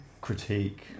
critique